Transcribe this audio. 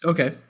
Okay